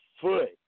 foot